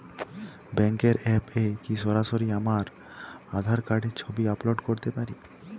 ব্যাংকের অ্যাপ এ কি সরাসরি আমার আঁধার কার্ডের ছবি আপলোড করতে পারি?